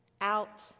out